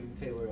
Taylor